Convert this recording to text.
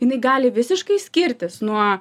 jinai gali visiškai skirtis nuo